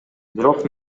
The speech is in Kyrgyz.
бирок